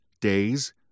days